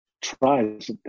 tries